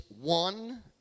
one